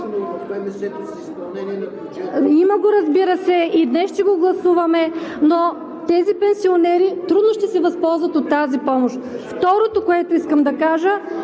Има го, разбира се, и днес ще го гласуваме, но тези пенсионери трудно ще се възползват от тази помощ. Второто, което искам да кажа,